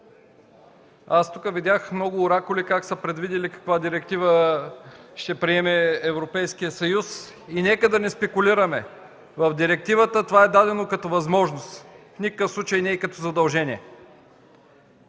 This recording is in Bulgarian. Тук видях много оракули как са предвидели каква директива ще приеме Европейският съюз. Нека не спекулираме – в директивата това е дадено като възможност, а в никакъв случай като задължение.